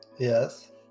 Yes